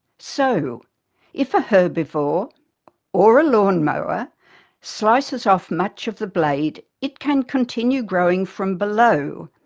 so if a herbivore or a lawnmower slices off much of the blade, it can continue growing from below.